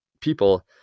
people